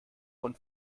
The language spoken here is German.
von